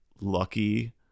lucky